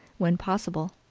when possible.